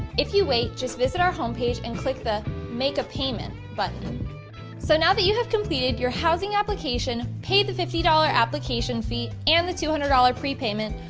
if you wait, just visit our home page and click the make a payment button so now that you have completed your housing application, pay the fifty dollars application fee, and the two hundred dollars prepayment,